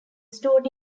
stored